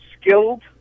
skilled